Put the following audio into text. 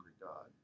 God